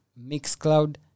Mixcloud